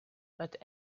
but